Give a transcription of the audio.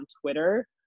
Twitter